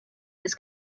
his